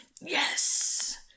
Yes